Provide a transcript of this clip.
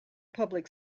public